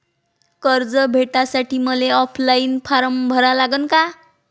कर्ज भेटासाठी मले ऑफलाईन फारम भरा लागन का?